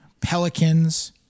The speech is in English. Pelicans